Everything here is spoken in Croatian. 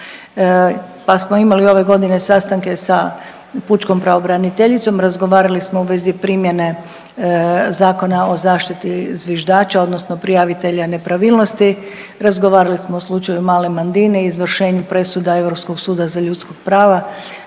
pa smo imali ove godine sastanke sa pučkom pravobraniteljicom, razgovarali smo u vezi primjene Zakona o zaštiti zviždača odnosno prijavitelja nepravilnosti, razgovarali smo o slučaju male Mandine, izvršenju presuda Europskog suda za ljudska prava,